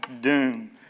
doom